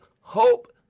hope